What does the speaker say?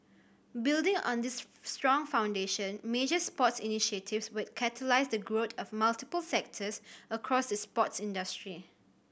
building on this strong foundation major sports initiatives will catalyse the growth of multiple sectors across the sports industry